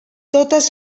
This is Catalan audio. totes